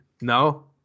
No